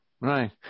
right